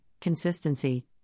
consistency